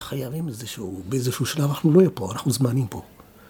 חייבים שבאיזשהו שלב אנחנו לא יהיה פה, אנחנו זמניים פה.